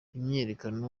imyiyerekano